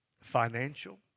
financial